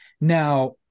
now